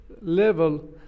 level